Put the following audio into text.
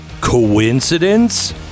coincidence